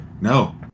no